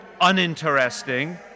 uninteresting